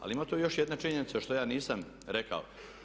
Ali ima tu još jedna činjenica što ja nisam rekao.